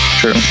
true